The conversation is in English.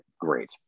great